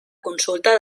consulta